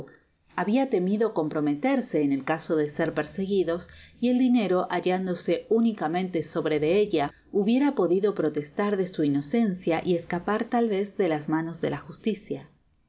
habia temido comprometerse en el caso de ser perseguidos y el dinero hallándose únicamente sobre de ella hubiera podido protestar de su inocencia y escapar tal vez de jas manos de la justicia